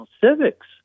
civics